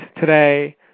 today